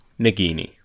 Nagini